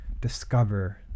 discover